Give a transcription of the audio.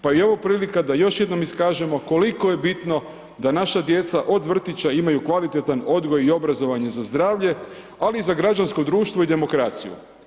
Pa je i ovo prilika da još jednom iskažemo koliko je bitno da naša djeca od vrtića imaju kvalitetan odgoj i obrazovanje za zdravlje, ali i za građansko društvo i demokraciju.